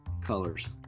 colors